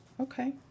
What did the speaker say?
Okay